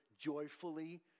joyfully